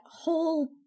whole